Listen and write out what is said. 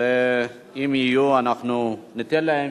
ואם היהיו, אנחנו ניתן להם.